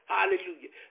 Hallelujah